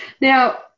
Now